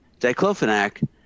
diclofenac